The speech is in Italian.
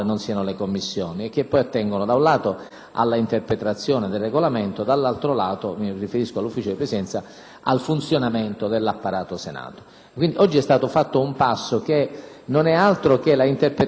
all'interpretazione del Regolamento, dall'altro lato (mi riferisco al Consiglio di Presidenza) al funzionamento dell'apparato Senato. Quindi è stato fatto un passo che non è altro che l'attuazione del pensiero della Presidenza,